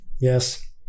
Yes